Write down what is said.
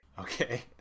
Okay